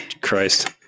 Christ